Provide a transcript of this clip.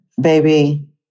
Baby